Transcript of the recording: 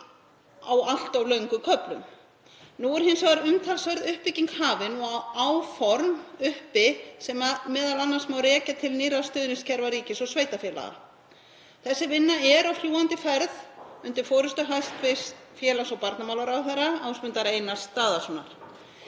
á allt of löngum köflum. Nú er hins vegar umtalsverð uppbygging hafin og áform uppi sem m.a. má rekja til nýrra stuðningskerfa ríkis og sveitarfélaga. Sú vinna er á fljúgandi ferð undir forystu hæstv. félags- og barnamálaráðherra Ásmundar Einars Daðasonar.